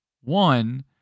One